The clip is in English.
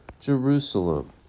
Jerusalem